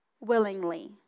willingly